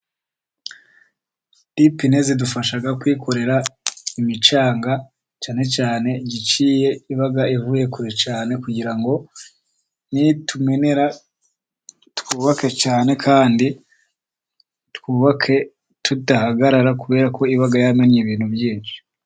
Dipine zidufasha kwikorera imicanga, cyane cyane igiciye iba ivuye kure cyane, kugira ngo nitumenera twubake cyane kandi twubake tudahagarara, kubera ko iba yamennye ibintu byinshi.